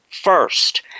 first